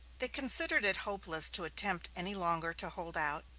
they considered it hopeless to attempt any longer to hold out,